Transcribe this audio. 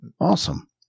Awesome